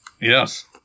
Yes